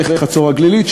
וחצור-הגלילית,